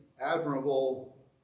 admirable